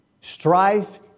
Strife